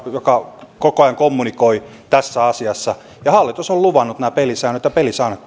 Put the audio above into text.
joka koko ajan kommunikoi tässä asiassa hallitus on luvannut nämä pelisäännöt ja pelisäännöt